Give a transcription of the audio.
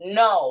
no